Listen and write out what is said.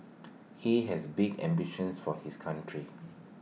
he has big ambitions for his country